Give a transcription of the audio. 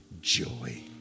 joy